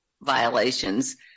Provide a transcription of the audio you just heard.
violations